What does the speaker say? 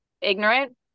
ignorant